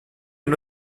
and